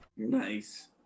Nice